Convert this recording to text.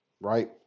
right